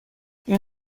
این